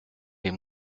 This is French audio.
les